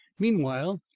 meanwhile,